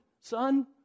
son